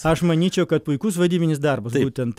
aš manyčiau kad puikus vadybinis darbas būtent